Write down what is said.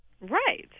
Right